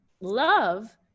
love